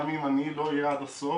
אם לא הייתי מת,